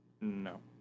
No